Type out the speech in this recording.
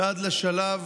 והן בשלב